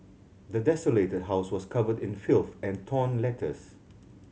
the desolated house was covered in filth and torn letters